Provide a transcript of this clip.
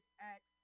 acts